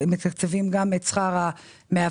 מתקצבים גם את שכר המאבטחים,